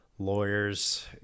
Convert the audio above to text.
lawyers